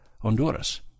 Honduras